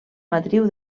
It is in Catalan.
matriu